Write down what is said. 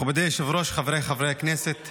מכובדי היושב-ראש, חבריי חברי הכנסת,